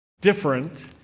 different